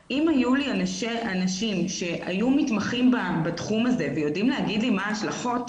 אם היו לי אנשים שהיו מתמחים בתחום הזה ויודעים להגיד לי מה ההשלכות,